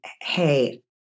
Hey